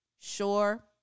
sure